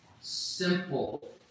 simple